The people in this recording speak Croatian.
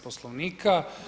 Poslovnika.